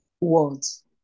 words